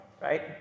right